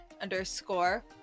underscore